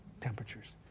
temperatures